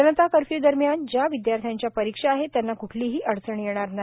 जनता curfew दरम्यान ज्या विद्यार्थ्यांच्या परीक्षा आहेत त्यांना कुठलीही अडचण येणार नाही